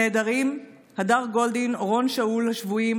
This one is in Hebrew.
הנעדרים הדר גולדין ואורון שאול והשבויים